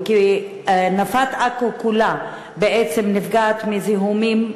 נפת עכו כולה בעצם נפגעת מזיהומים,